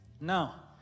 Now